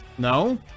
No